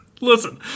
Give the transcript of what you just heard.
listen